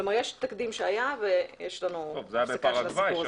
כלומר יש תקדים שהיה ויש לנו הפסקה של הסיפור הזה.